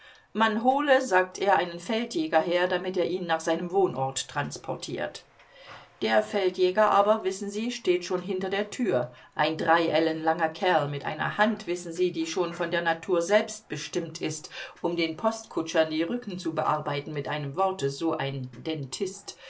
man hole sagt er einen feldjäger her damit er ihn nach seinem wohnort transportiert der feldjäger aber wissen sie steht schon hinter der tür ein drei ellen langer kerl mit einer hand wissen sie die schon von der natur selbst bestimmt ist um den postkutschern die rücken zu bearbeiten mit einem worte so ein